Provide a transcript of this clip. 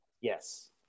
Yes